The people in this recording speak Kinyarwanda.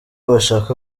bashaka